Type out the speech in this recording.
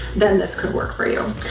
then this could work for you.